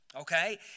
Okay